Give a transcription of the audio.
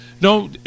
no